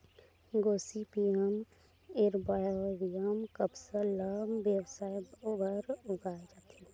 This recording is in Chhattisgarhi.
गोसिपीयम एरबॉरियम कपसा ल बेवसाय बर उगाए जाथे